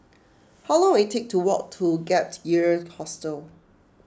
how long will it take to walk to Gap Year Hostel